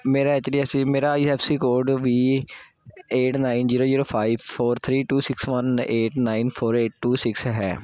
ਮੇਰਾ H D F C ਮੇਰਾ I F C code ਵੀਹ eight nine zero zero five four three two six one eight nine four eight two six ਹੈ